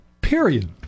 Period